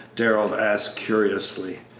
darrell asked, curiously.